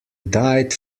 died